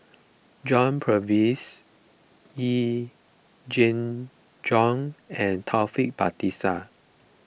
John Purvis Yee Jenn Jong and Taufik Batisah